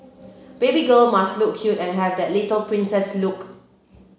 baby girl must look cute and have that little princess look